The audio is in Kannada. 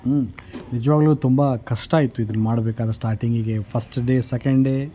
ಹ್ಞೂ ನಿಜವಾಗ್ಲೂ ತುಂಬ ಕಷ್ಟ ಆಯಿತು ಇದ್ರನ್ನು ಮಾಡಬೇಕಾದ್ರೆ ಸ್ಟಾರ್ಟಿಂಗಿಗೆ ಫಸ್ಟ್ ಡೇ ಸೆಕೆಂಡ್ ಡೇ